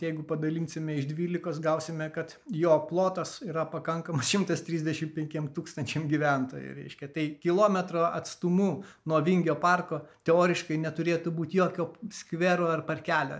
jeigu padalinsime iš dvylikos gausime kad jo plotas yra pakankamas šimtas trisdešim penkiem tūkstančiam gyventojų reiškia tai kilometro atstumu nuo vingio parko teoriškai neturėtų būti jokio skvero ar parkelio